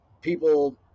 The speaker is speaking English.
people